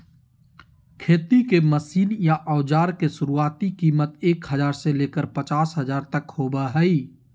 खेती के मशीन या औजार के शुरुआती कीमत एक हजार से लेकर पचास हजार तक होबो हय